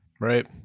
right